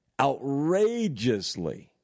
outrageously